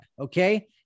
Okay